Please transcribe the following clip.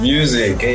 Music